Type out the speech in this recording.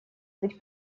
быть